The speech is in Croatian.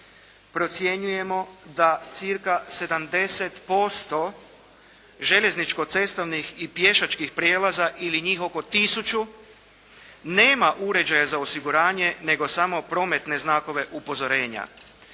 Procjenjujemo da cca. 70% željezničko-cestovnih i pješačkih prijelaza ili njih oko tisuću nema uređaje za osiguranje nego samo prometne znakove upozorenja.